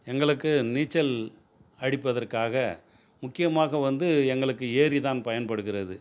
எங்களுக்கு நீச்சல் அடிப்பதற்காக முக்கியமாக வந்து எங்களுக்கு ஏரி தான் பயன்படுகிறது